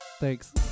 Thanks